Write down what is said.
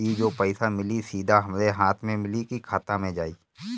ई जो पइसा मिली सीधा हमरा हाथ में मिली कि खाता में जाई?